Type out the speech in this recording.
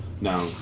now